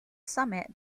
summit